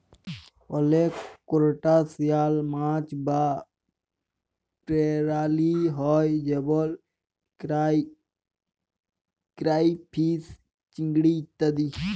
অলেক করসটাশিয়াল মাছ বা পেরালি হ্যয় যেমল কেরাইফিস, চিংড়ি ইত্যাদি